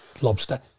Lobster